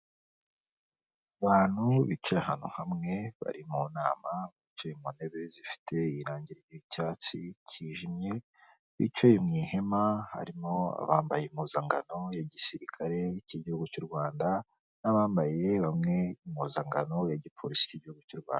Abantu bicaye ahantu hamwe bari mu nama, bicaye mu ntebe zifite irangi ry'icyatsi cyijimye, bicaye mu ihema, harimo abambaye impuzankano ya gisirikare cy'igihugu cy'u Rwanda, n'abambaye bamwe impuzankano ya gipolisi cy'igihugu cy'u Rwanda.